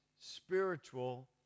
Spiritual